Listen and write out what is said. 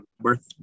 Birth